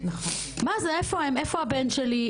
איפה הבן שלי,